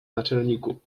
naczelniku